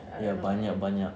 banyak-banyak